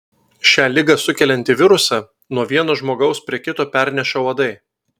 šią ligą sukeliantį virusą nuo vieno žmogaus prie kito perneša uodai